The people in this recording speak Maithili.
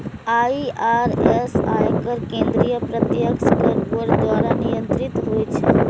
आई.आर.एस, आयकर केंद्रीय प्रत्यक्ष कर बोर्ड द्वारा नियंत्रित होइ छै